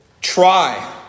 try